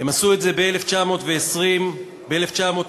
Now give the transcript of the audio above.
הם עשו את זה ב-1920, ב-1921,